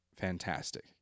fantastic